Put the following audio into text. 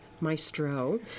maestro